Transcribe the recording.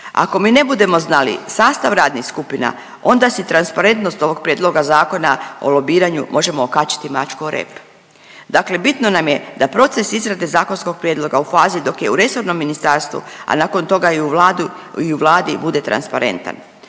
Ako mi ne budemo znali sastav radnih skupina onda si transparentnost ovog prijedloga Zakona o lobiranju možemo okačiti mačku o rep. Dakle bitno nam je da proces izrade zakonskog prijedloga u fazi dok je u resornom ministarstvu, a nakon toga i u Vladi bude transparentan.